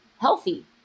healthy